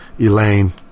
Elaine